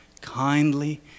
kindly